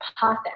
path